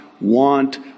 want